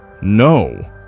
No